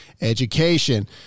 education